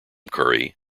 curry